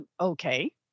Okay